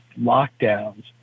lockdowns